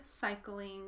cycling